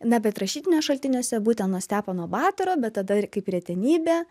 na bet rašytiniuos šaltiniuose būten nuo stepono batoro bet tada ir kaip retenybė